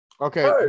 Okay